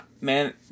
Man